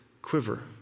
Quiver